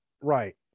Right